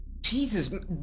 Jesus